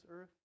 earth